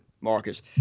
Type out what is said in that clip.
Marcus